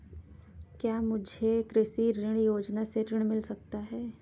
क्या मुझे कृषि ऋण योजना से ऋण मिल सकता है?